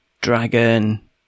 Dragon